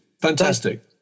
Fantastic